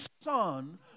son